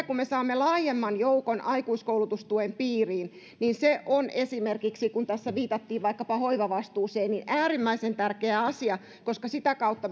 kun me saamme laajemman joukon aikuiskoulutustuen piiriin niin se on esimerkiksi kun tässä viitattiin vaikkapa hoivavastuuseen äärimmäisen tärkeä asia koska sitä kautta